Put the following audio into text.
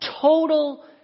total